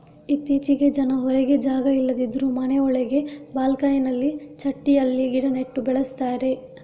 ಇತ್ತೀಚೆಗೆ ಜನ ಹೊರಗೆ ಜಾಗ ಇಲ್ಲದಿದ್ರೂ ಮನೆ ಒಳಗೆ ಬಾಲ್ಕನಿನಲ್ಲಿ ಚಟ್ಟಿಯಲ್ಲಿ ಗಿಡ ನೆಟ್ಟು ಬೆಳೆಸ್ತಾರೆ